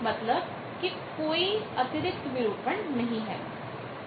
मतलब की कोई अतिरिक्त विरूपण distortion डिस्टॉरशन नहीं है